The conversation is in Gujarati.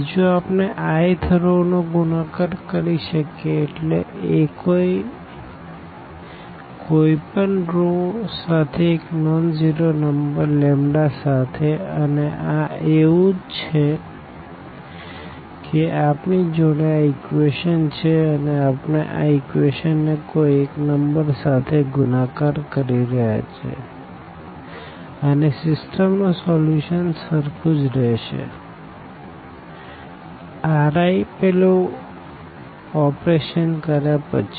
બીજું આપણે i th રો નો ગુણાકાર કરી શકીએ એટલે એકોઈ પણ રો સાથે એક નોન ઝીરો નંબર લેમ્બ્ડા સાથે અને આ એવું જ છે કે આપણી જોડે આ ઇક્વેશન છે અને આપણે આ ઇક્વેશન ને કોઈ એક નંબર સાથે ગુણાકાર કરી રહ્યા છે અને એ સીસ્ટમ નું સોલ્યુશન સરખું જ રેહશે Ri પેલું ઓપરેશન કર્યા પછી